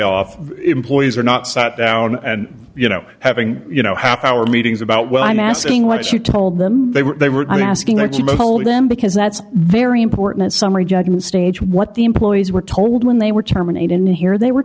off employees are not sat down and you know having you know half hour meetings about what i'm asking what she told them they were they were i'm asking that she told them because that's very important summary judgement stage what the employees were told when they were terminated and here they were